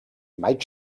might